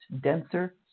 denser